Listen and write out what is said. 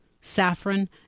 saffron